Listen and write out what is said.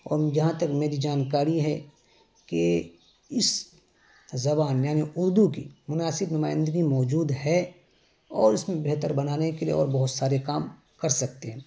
اور جہاں تک میری جانکاری ہے کہ اس زبان یعنی اردو کی مناسب نمائندگی موجود ہے اور اس میں بہتر بنانے کے لیے اور بہت سارے کام کر سکتے ہیں